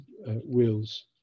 wills